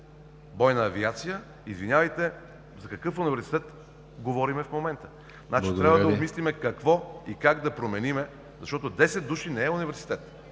момента, извинявайте, за какъв университет говорим в момента? Трябва да обмислим какво и как да променим, защото десет души не е университет!